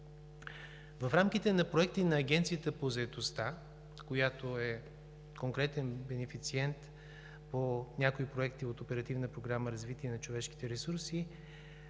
В рамките на проекти на Агенцията по заетостта, която е конкретен бенефициент по някои проекти от